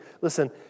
listen